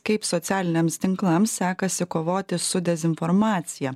kaip socialiniams tinklams sekasi kovoti su dezinformacija